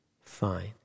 Fine